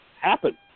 happen